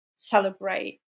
Celebrate